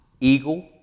eagle